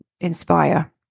inspire